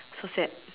so sad